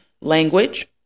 language